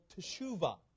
Teshuvah